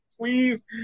please